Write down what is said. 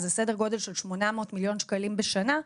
זה סדר גודל של 800 מיליון שקלים בשנה,